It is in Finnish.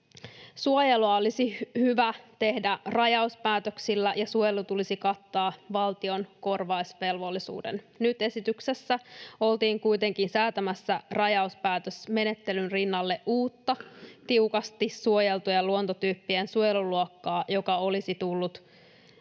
Suojelua olisi hyvä tehdä rajauspäätöksillä, ja suojelu tulisi kattaa valtion korvausvelvollisuudella. Nyt esityksessä oltiin kuitenkin säätämässä rajauspäätösmenettelyn rinnalle uutta tiukasti suojeltujen luontotyyppien suojeluluokkaa, joka olisi ollut